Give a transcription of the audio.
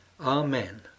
Amen